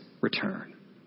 return